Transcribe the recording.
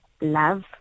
love